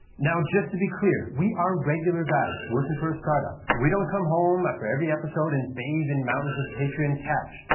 now just to be clear we are regular guys working for a start-up. we don't come home after every episode and bathe in mountains of patreon cash,